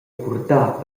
purtar